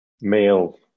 male